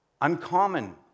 uncommon